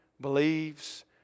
believes